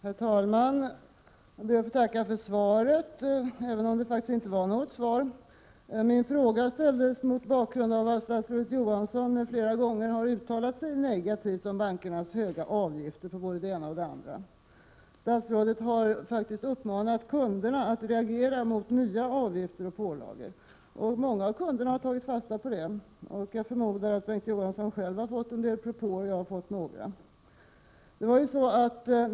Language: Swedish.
Herr talman! Jag ber att få tacka statsrådet för svaret, även om det faktiskt inte var något svar. Min fråga ställdes mot bakgrund av att statsrådet Johansson flera gånger har uttalat sig negativt om bankernas höga avgifter på både det ena och det andra. Statsrådet har faktiskt uppmanat kunderna att reagera mot nya avgifter och pålagor. Många kunder har tagit fasta på det. Jag förmodar att Bengt K Å Johansson själv har fått en del propåer, och jag har fått några.